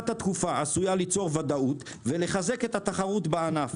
הארכת התקופה עשויה ליצור ודאות ולחזק את התחרות בענף.